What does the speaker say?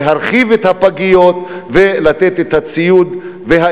להרחיב את הפגיות ולתת את הציוד ואת